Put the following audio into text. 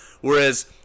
whereas